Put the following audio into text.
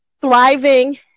thriving